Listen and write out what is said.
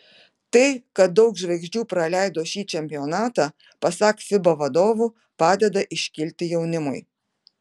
tai kad daug žvaigždžių praleido šį čempionatą pasak fiba vadovų padeda iškilti jaunimui